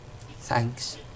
Thanks